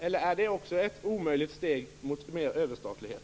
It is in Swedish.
Eller är det också ett omöjligt steg mot mer överstatlighet?